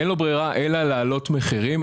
אין לו ברירה אלא להעלות מחירים.